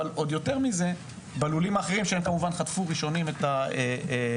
אבל יותר מזה בלולים האחרים שכמובן חטפו ראשונים את האירוע.